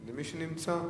למי שנמצא.